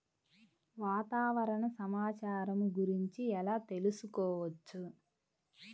వాతావరణ సమాచారము గురించి ఎలా తెలుకుసుకోవచ్చు?